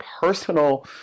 personal